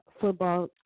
football